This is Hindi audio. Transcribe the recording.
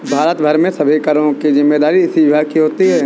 भारत भर में सभी करों की जिम्मेदारी इसी विभाग की होती है